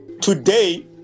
today